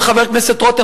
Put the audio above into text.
וחבר הכנסת רותם,